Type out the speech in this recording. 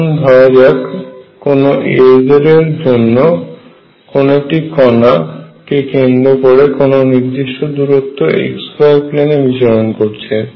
এখন ধরা যাক কোন Lz এর জন্য কোন একটি কণা কেন্দ্র থেকে কোন নির্দিষ্ট দূরত্ব নিয়ে xy প্লেনে বিচরণ করছে